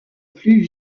plus